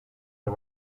pro